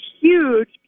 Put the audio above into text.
huge